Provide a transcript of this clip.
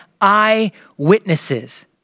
eyewitnesses